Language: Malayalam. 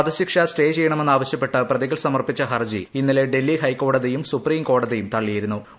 വൃധശിക്ഷ് സ്റ്റേ ചെയ്യണമെന്ന് ആവശ്യപ്പെട്ട് പ്രതികൾ സമർപ്പിച്ച ഹർജി ഇന്നുള്ല ഡൽഹി ഹൈക്കോടതിയും സുപ്രീം കോടതിയും തള്ളിയിരുന്നൂ